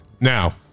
Now